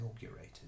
inaugurated